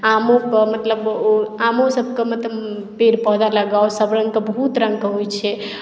आमो मतलब आमो सभकेँ मतलब पेड़ पौधा लगाउ सभ रङ्गक बहुत रङ्गके होइ छै